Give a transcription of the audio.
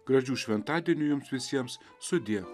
gražių šventadienių jums visiems sudie